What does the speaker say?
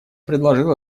предложил